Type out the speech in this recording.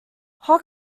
hoc